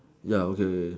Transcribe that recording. ya okay okay okay